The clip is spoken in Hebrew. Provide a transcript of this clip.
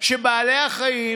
שבעלי החיים